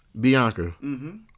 Bianca